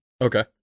Okay